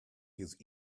his